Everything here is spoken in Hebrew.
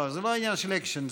זה לא עניין של אקשן,